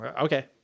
Okay